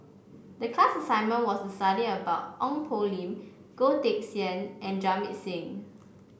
the class assignment was study about Ong Poh Lim Goh Teck Sian and Jamit Singh